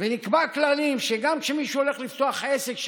ונקבע כללים שגם כשמישהו הולך לפתוח עסק,